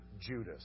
Judas